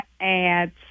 ads